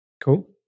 Cool